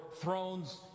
thrones